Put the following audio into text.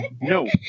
No